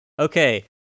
okay